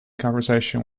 conversation